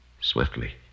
Swiftly